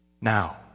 Now